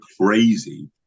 crazy